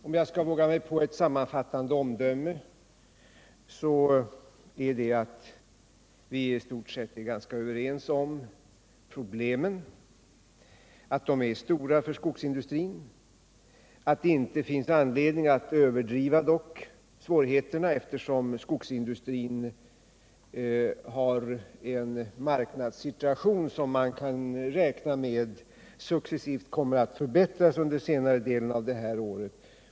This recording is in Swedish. Om jag skall våga mig på ett sammanfattande omdöme, så är det att vi i stort sett är ganska överens om att problemen är stora för skogsindustrin, men att det dock inte finns anledning att överdriva svårigheterna, eftersom man kan räkna med att skogsindustrins marknadssituation successivt kommer att förbättras under senare delen av det här året.